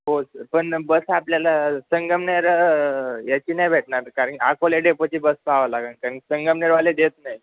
हो पण बस आपल्याला संगमनेर याची नाही भेटणार कारण अकोले डेपोची बस पाहावी लागेल कारण संगमनेरवाले देत नाही